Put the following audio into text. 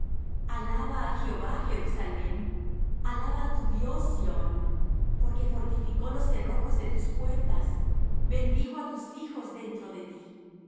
alaba á jehová jerusalem alaba á tu dios sión porque fortificó los cerrojos de tus puertas bendijo á tus hijos dentro de ti